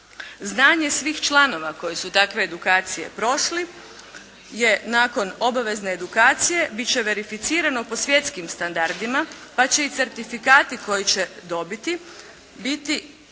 Znanje svih članova koji su takve edukacije prošli je nakon obavezne edukacije bit će verificirano po svjetskim standardima pa će i certifikati koji će dobiti biti vrednovani